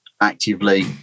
actively